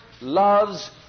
loves